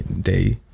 day